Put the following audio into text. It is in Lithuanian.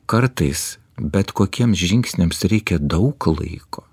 kartais bet kokiems žingsniams reikia daug laiko